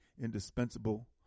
indispensable